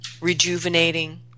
rejuvenating